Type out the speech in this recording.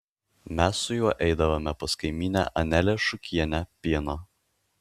mes su juo eidavome pas kaimynę anelę šukienę pieno